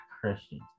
Christians